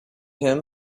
him